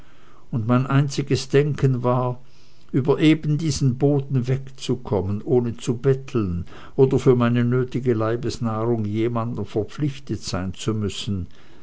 und mein einziges denken war über eben diesen boden wegzukommen ohne zu betteln oder für meine nötige leibesnahrung jemandem verpflichtet sein zu müssen